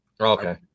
okay